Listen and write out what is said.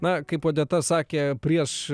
na kaip odeta sakė prieš